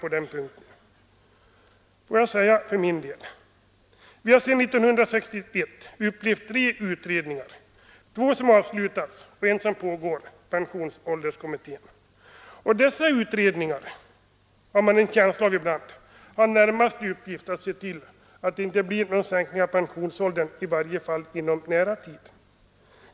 För det första har vi sedan 1961 upplevt tre utredningar, två som har avslutats och en som pågår — pensionsålderskommittén. Man har ibland en känsla av att dessa utredningar närmast haft till uppgift att se till att det inte blir någon sänkning av pensionsåldern, i varje fall inte inom en nära framtid.